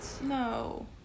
No